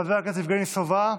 חבר הכנסת יבגני סובה,